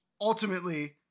ultimately